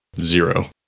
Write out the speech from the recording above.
zero